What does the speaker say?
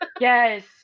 yes